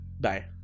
Bye